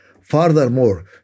Furthermore